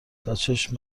تاچشم